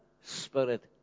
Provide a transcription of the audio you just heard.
Spirit